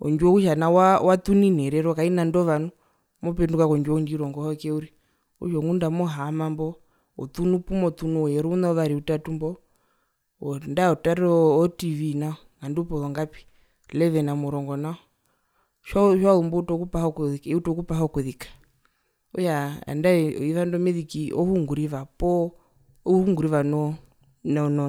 Ondjiwo okutja nao erero watunine kaina ndova nu mopenduka mondjiwo ndjiri ongohoke uriri okutja ongunda amohaama mbo otunu pumotunu ouyere ouna uvari utatu mbo nandae otarere o tv nao ngandu pozongapi po elleven omurongo nao tjiwazumbo outu okupaha ookuzika eutu okupaha okuzika, okutja nandae eyuva ndo meziki ohunguriva poo ohunguriva no no no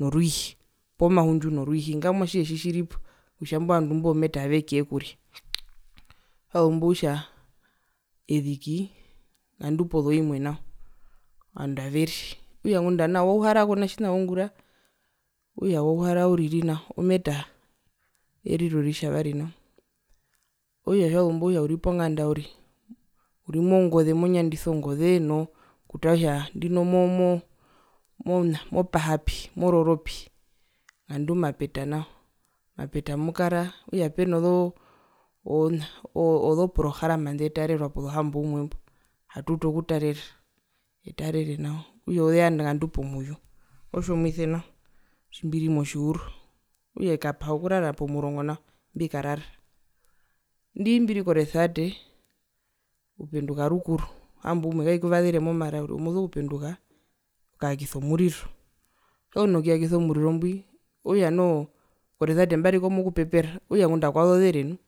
norwiihi poo mahundju no rwihii ngamwa atjihe tjitjiripo kutja imbo vandu mbo metaha vekuyekuria, tjazumbo kutja eziki ngandu pozoimwe nao, ovandua averi okutja ngunda nao wauhara kona tjina waungura okutja wauhara uriri nao ometaha eriro ritjavari nao, okutja uri mongoze monyandisa ongoze noo kutara kutja ndino mo mo mopahapi mororopi ngandu mapeta nao mapeta amukara okutja penozoo ozo ozoprograma ndetarerwa pozohamboumwe mbo atuutu okutarera etarere nao okutja ozozeyanda ngandu pomuvyu otjomuise nao tjimbiri motjihuro, okutja ekapaha okurara pomurongo nao tjimbikarara. Indi tjimbiri koresevate upenduka rukuru o hambouwe kaikuvasere momara uriri moso kupenduka okaakisa omuriro, tjiwazu nokuyakisa omuriro mbwi okutja noho koresevate mbariko mokupepera okutja ngunda kwazorere nu.